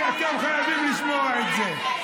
אתם חייבים לשמוע את זה,